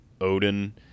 Odin